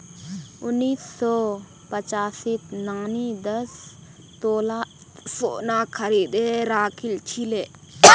उन्नीस सौ पचासीत नानी दस तोला सोना खरीदे राखिल छिले